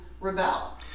rebel